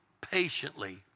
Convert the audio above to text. patiently